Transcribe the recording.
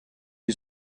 gli